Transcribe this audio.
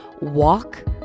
walk